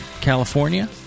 California